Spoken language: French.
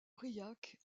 briac